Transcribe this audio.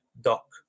dock